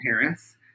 Harris